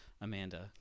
Amanda